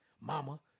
Mama